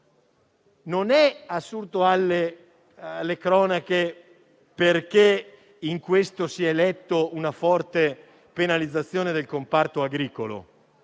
onori della cronaca perché in questo si è letto una forte penalizzazione del comparto agricolo,